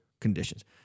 conditions